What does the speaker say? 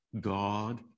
God